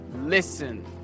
Listen